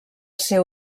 ser